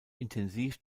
intensiv